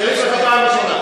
יש לך פעם ראשונה.